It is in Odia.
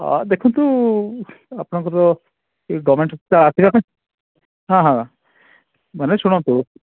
ଆ ଦେଖନ୍ତୁ ଆପଣଙ୍କର ଏ ଗଭ୍ମେଣ୍ଟକୁ ଆସିଗନେ ହଁ ହଁ ମାନେ ଶୁଣନ୍ତୁ